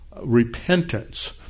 repentance